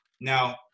now